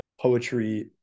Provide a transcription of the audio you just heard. poetry